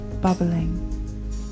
bubbling